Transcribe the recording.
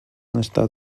estat